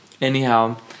anyhow